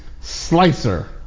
Slicer